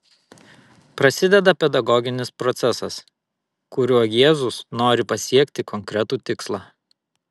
prasideda pedagoginis procesas kuriuo jėzus nori pasiekti konkretų tikslą